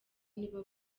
niba